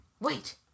Wait